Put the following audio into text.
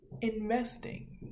Investing